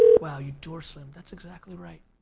wow, you door slammed, that's exactly right.